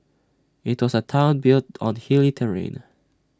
IT was A Town built on hilly terrain